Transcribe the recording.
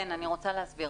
כן, אני רוצה להסביר.